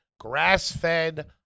Grass-fed